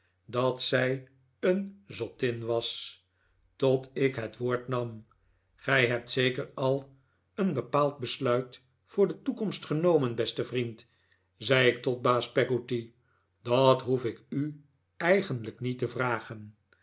dat zij een zoftin was tot ik het woord nam gij hebt zeker al een bepaald besluit voor de toekomst genomen beste vriend zei ik tot baas peggotty dat hoef ik u eigenlijk niet te vragen